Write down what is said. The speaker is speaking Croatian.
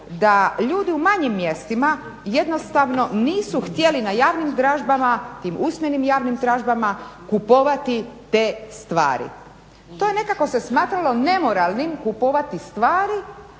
da ljudi u manjim mjestima jednostavno nisu htjeli na javnim dražbama tim usmenim javnim dražbama kupovati te stvari. To je nekako se smatralo nemoralnim kupovati stvari